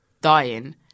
dying